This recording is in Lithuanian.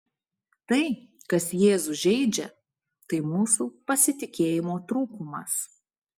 tai kas jėzų žeidžia tai mūsų pasitikėjimo trūkumas